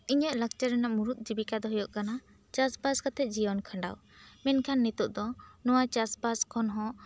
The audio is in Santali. ᱤᱧᱟᱹᱜ ᱞᱟᱠᱪᱟᱨ ᱨᱮᱱᱟᱜ ᱢᱩᱬᱩᱫ ᱡᱤᱵᱤᱠᱟ ᱫᱚ ᱦᱩᱭᱩᱜ ᱠᱟᱱᱟ ᱪᱟᱥ ᱵᱟᱥ ᱠᱟᱛᱮ ᱡᱤᱭᱚᱱ ᱠᱷᱟᱱᱰᱟᱣ ᱢᱮᱱᱠᱷᱟᱱ ᱱᱤᱛᱚᱜ ᱫᱚ ᱱᱚᱣᱟ ᱪᱟᱥ ᱵᱟᱥ ᱠᱷᱚᱱ ᱦᱚᱸ